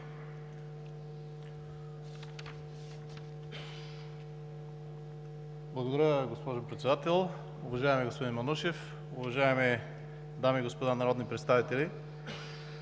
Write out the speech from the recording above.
Благодаря, госпожо Председател. Уважаеми господин Манушев, уважаеми дами и господа народни представители!